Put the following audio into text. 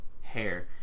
hair